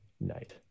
night